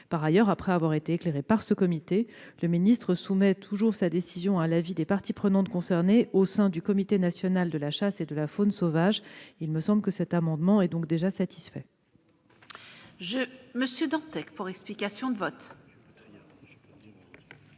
Par ailleurs, après avoir été éclairé par ce comité, le ministre soumet toujours sa décision à l'avis des parties prenantes concernées au sein du Conseil national de la chasse et de la faune sauvage. Il me semble que cet amendement est donc satisfait.